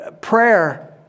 Prayer